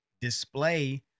display